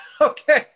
Okay